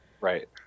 Right